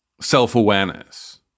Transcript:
self-awareness